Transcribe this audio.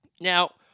Now